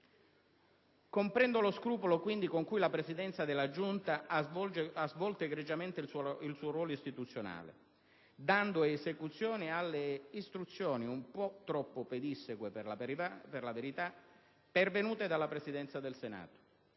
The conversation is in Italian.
Comprendo lo scrupolo con cui la Presidenza della Giunta ha svolto, egregiamente, il suo ruolo istituzionale, dando esecuzione alle istruzioni - per la verità, un po' troppo pedisseque - pervenute dalla Presidenza del Senato.